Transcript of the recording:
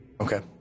Okay